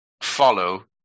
follow